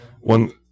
one